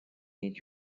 need